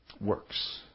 works